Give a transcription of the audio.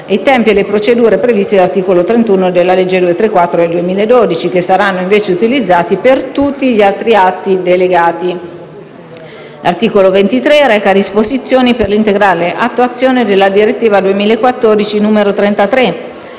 i tempi e le procedure previsti dall'articolo 31 della legge n. 234 del 2012, che saranno invece utilizzati per tutti gli altri atti delegati. L'articolo 23 reca disposizioni per l'integrale attuazione della direttiva 2014/33/UE,